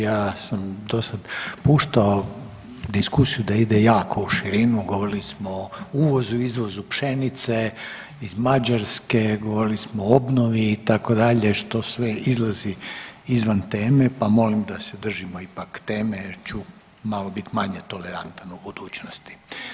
Ja sam do sad puštao diskusiju da ide jako u širinu, govorili smo o uvozu, izvozu pšenice iz Mađarske, govorili smo o obnovi itd. što sve izlazi izvan teme pa molim da se ipak držimo teme jer ću malo bit manje tolerantan u budućnosti.